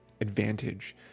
advantage